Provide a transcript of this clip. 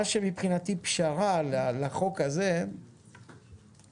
מה שמבחינתי פשרה לחוק הזה זה